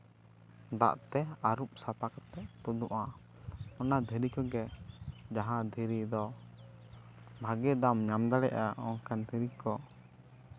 ᱫᱟᱜ ᱛᱮ ᱟᱹᱨᱩᱵ ᱥᱟᱯᱷᱟ ᱠᱟᱛᱮᱜ ᱛᱩᱫᱩᱜᱼᱟ ᱚᱱᱟ ᱫᱷᱤᱨᱤ ᱠᱷᱚᱡ ᱜᱮ ᱡᱟᱦᱟᱸ ᱫᱷᱤᱨᱤ ᱫᱚ ᱵᱷᱟᱹᱜᱤ ᱫᱟᱢ ᱧᱟᱢ ᱫᱟᱲᱮᱜᱼᱟ ᱚᱱᱠᱟᱱ ᱫᱷᱤᱨᱤ ᱠᱚ